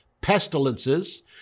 pestilences